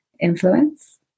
influence